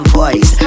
voice